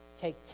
take